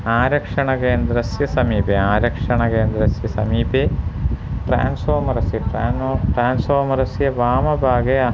आरक्षणकेन्द्रस्य समीपे आरक्षणकेन्द्रस्य समीपे ट्रान्स्फ़ार्मरस्य ट्रानो ट्रान्फ़ार्मरस्य वामभागे अहं